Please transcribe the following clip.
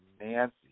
Nancy